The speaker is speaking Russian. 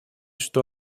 что